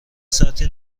سطری